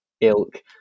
ilk